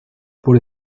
por